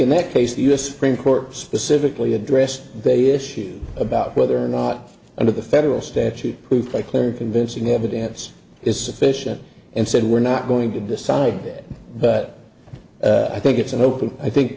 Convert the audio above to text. in that case the u s supreme court specifically addressed the issue about whether or not under the federal statute proved by clear and convincing evidence is sufficient and said we're not going to decide that but i think it's an open i think